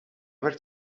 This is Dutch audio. werkt